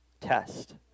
test